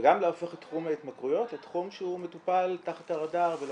וגם להפוך את תחום ההתמכרויות לתחום שהוא מטופל תחת הרדאר ולא